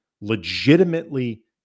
legitimately